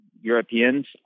Europeans